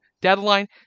deadline